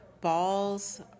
balls